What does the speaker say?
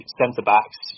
centre-backs